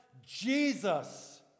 Jesus